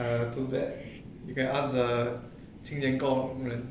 err too bad you can ask the 清洁工人